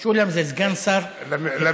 משולם זה סגן שר נצחי.